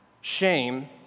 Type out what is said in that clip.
shame